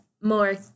more